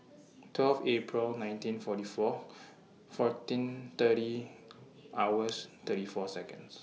twelve April nineteen forty four fourteen thirty hours thirty four Seconds